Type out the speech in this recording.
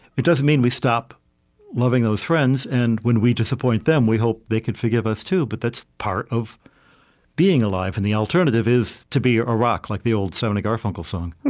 it doesn't mean we stop loving those friends and when we disappoint them, we hope they can forgive us too. but that's part of being alive and the alternative is to be a rock, like the old simon so and garfunkel song.